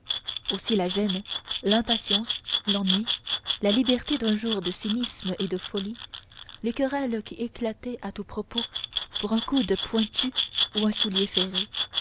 aussi la gêne l'impatience l'ennui la liberté d'un jour de cynisme et de folie les querelles qui éclataient à tout propos pour un coude pointu ou un soulier ferré